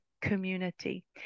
community